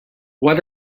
what